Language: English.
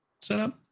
setup